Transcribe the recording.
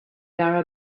are